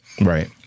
Right